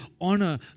honor